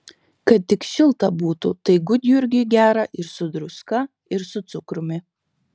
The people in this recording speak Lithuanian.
kad tik šilta būtų tai gudjurgiui gera ir su druska ir su cukrumi